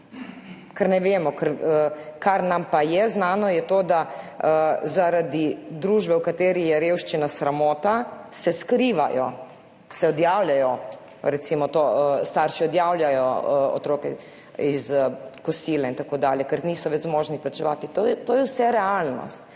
ker ne vemo. Kar nam pa je znano, je to, da zaradi družbe, v kateri je revščina sramota, se skrivajo, se odjavljajo, starši odjavljajo otroke s kosila in tako dalje, ker niso več zmožni plačevati. To je vse realnost.